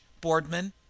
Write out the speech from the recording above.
Boardman